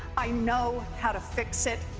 i know how to fix it.